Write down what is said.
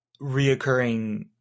reoccurring